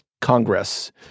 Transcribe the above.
congress